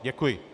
Děkuji.